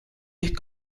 ehk